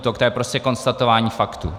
To je prostě konstatování faktů.